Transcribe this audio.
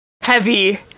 heavy